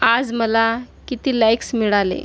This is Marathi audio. आज मला किती लाईक्स मिळाले